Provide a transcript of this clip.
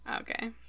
okay